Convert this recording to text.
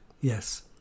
yes